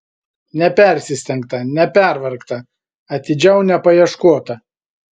nepersistengta nepervargta atidžiau nepaieškota